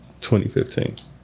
2015